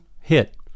hit